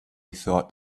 thought